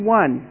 one